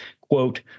quote